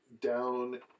down